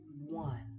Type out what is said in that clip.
one